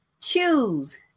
Choose